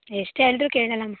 ಎಷ್ಟು ಹೇಳಿದರೂ ಕೇಳೋಲ್ಲ ಮ್ಯಾಮ್